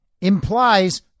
implies